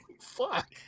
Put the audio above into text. Fuck